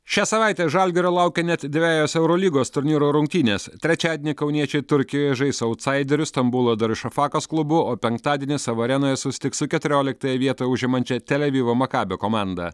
šią savaitę žalgirio laukia net dvejos eurolygos turnyro rungtynės trečiadienį kauniečiai turkijoje žais su autsaideriu stambulo darušafakos klubu o penktadienį savo arenoje susitiks su keturioliktąją vietą užimančia televivo makabio komanda